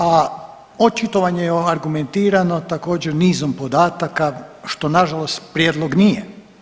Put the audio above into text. A očitovanje je argumentirano također nizom podataka što nažalost prijedlog nije.